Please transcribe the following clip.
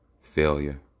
failure